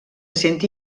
senti